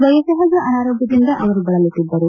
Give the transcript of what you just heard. ವಯೋಸಹಜ ಅನಾರೋಗ್ಯದಿಂದ ಅವರು ಬಳಲುತ್ತಿದ್ದರು